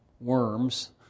worms